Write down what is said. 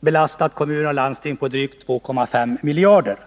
belastat kommuner och landsting med drygt 2,5 miljarder kronor.